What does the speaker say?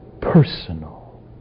personal